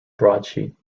broadsheet